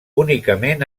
únicament